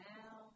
now